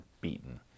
beaten